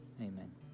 Amen